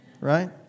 right